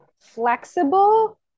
flexible